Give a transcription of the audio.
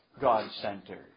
God-centered